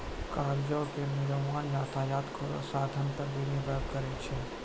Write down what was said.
कागजो क निर्माण यातायात केरो साधन पर भी निर्भर करै छै